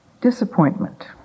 Disappointment